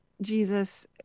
Jesus